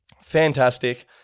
Fantastic